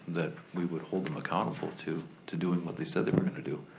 that we would hold them accountable to to doing what they said they were gonna do.